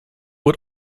will